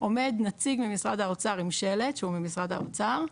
עומד נציג ממשרד האוצר עם שלט שהוא ממשרד האוצר,